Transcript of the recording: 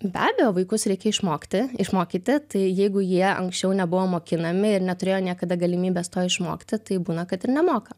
be abejo vaikus reikia išmokti išmokyti tai jeigu jie anksčiau nebuvo mokinami ir neturėjo niekada galimybės to išmokti tai būna kad ir nemoka